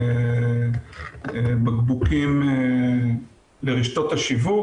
הבקבוקים לרשתות השיווק.